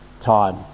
time